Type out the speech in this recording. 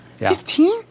Fifteen